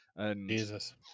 Jesus